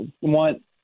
want